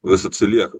vis atsilieka